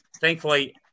thankfully